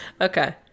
okay